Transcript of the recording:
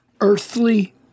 earthly